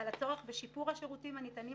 על הצורך בשיפור השירותים הניתנים